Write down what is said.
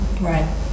Right